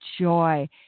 joy